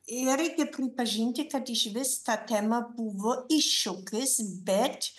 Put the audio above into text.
ir reikia pripažinti kad išvis ta tema buvo iššūkis bet